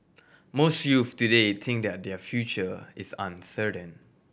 most youths today think that their future is uncertain